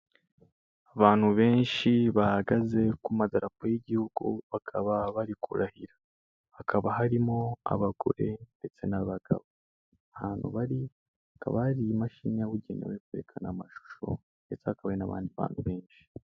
Abantu benshi bahagaze ku marapo y'igihugu bakaba bari kurahira, hakaba harimo abagore ndetse n'abagabo, ahantu bari hakaba hari imashini yabugenewe kwerekana amashusho ndetse hakaba hari n'abandi bantu benshi.